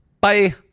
Bye